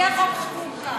יהיה חוק, זה מה שעושים.